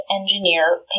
engineer